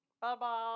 Bye-bye